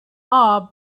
are